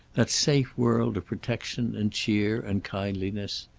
that safe world of protection and cheer and kindliness.